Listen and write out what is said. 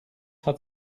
hat